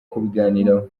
kubiganiraho